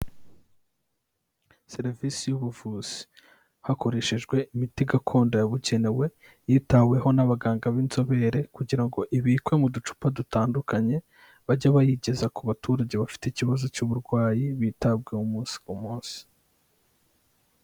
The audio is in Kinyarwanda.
Serivisi y'ubuvuzi hakoreshejwe imiti gakondo yabukenenewe yitaweho n'abaganga b'inzobere kugira ngo ibikwe mu ducupa dutandukanye, bajye bayigeza ku baturage bafite ikibazo cy'uburwayi bitabwaho umunsi ku munsi.